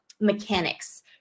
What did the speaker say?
mechanics